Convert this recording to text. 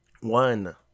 one